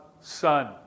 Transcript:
son